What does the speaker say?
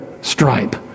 Stripe